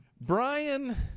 brian